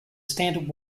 standard